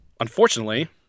Unfortunately